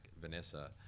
Vanessa